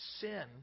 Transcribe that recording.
Sin